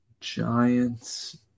Giants